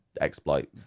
Exploit